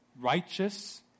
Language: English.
righteous